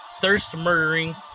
thirst-murdering